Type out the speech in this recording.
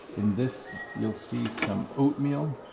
in this, you'll see some oatmeal.